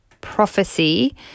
prophecy